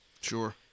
Sure